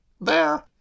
There